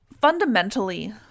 fundamentally